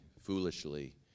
foolishly